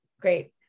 Great